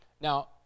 Now